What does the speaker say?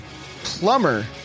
Plumber